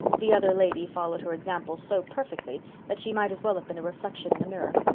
the other lady followed her example so perfectly that she might as well have been a reflection in a mirror.